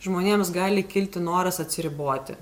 žmonėms gali kilti noras atsiriboti